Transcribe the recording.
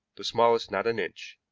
the smallest not an inch,